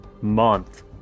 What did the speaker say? month